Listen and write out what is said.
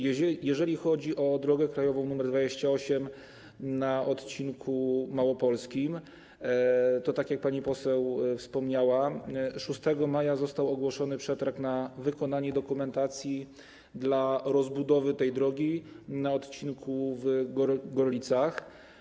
Jeżeli chodzi o drogę krajową nr 28 na odcinku małopolskim, to tak jak pani poseł wspomniała, 6 maja został ogłoszony przetarg na wykonanie dokumentacji dla rozbudowy tej drogi na odcinku w Gorlicach.